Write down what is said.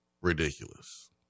ridiculous